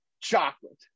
chocolate